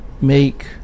make